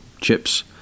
chips